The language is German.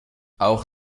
auch